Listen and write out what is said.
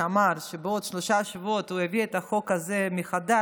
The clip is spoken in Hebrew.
שאמר שבעוד שלושה שבועות הוא יביא את החוק הזה מחדש,